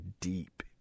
deep